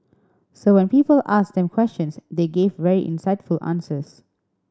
so when people asked them questions they gave very insightful answers